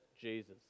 Jesus